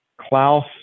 Klaus